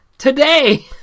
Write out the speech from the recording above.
today